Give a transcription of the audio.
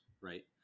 right